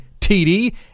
TD